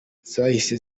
zahise